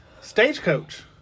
Stagecoach